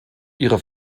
ihre